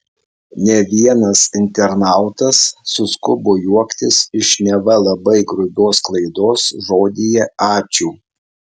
ne vienas internautas suskubo juoktis iš neva labai grubios klaidos žodyje ačiū